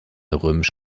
römisch